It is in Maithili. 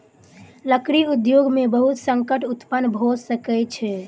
लकड़ी उद्योग में बहुत संकट उत्पन्न भअ सकै छै